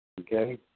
Okay